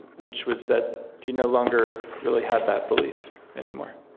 which was that he no longer really had that belief anymore.